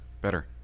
Better